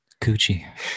coochie